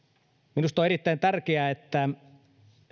minusta on erittäin tärkeää että